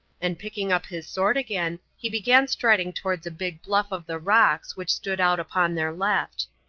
and picking up his sword again, he began striding towards a big bluff of the rocks which stood out upon their left.